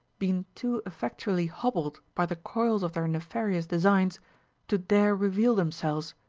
been too effectually hobbled by the coils of their nefarious designs to dare reveal themselves,